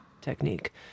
technique